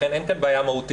לכן אין כאן בעיה מהותית.